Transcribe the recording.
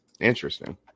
Interesting